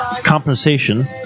Compensation